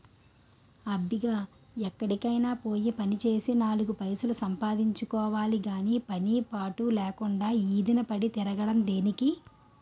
అబ్బిగా ఎక్కడికైనా పోయి పనిచేసి నాలుగు పైసలు సంపాదించుకోవాలి గాని పని పాటు లేకుండా ఈదిన పడి తిరగడం దేనికి?